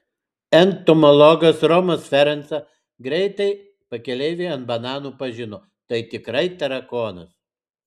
entomologas romas ferenca greitai pakeleivį ant bananų pažino tai tikrai tarakonas